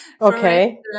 Okay